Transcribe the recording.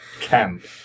Camp